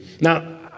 Now